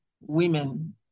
women